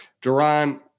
Duran